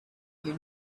you